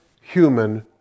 human